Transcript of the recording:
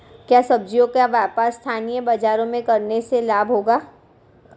क्या सब्ज़ियों का व्यापार स्थानीय बाज़ारों में करने से लाभ होगा?